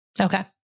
Okay